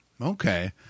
Okay